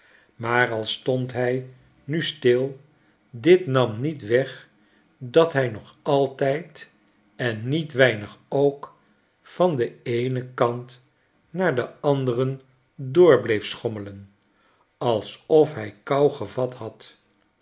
maar al stond hij nu stil dit nam niet weg dat hij nogaltijd ennietweinig ook van den eenen kant naar den anderen door bleef schommelen alsof hij kou gevat had